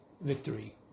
victory